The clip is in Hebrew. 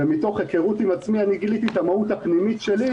ומתוך היכרות עם עצמי אני גיליתי את המהות הפנימית שלי,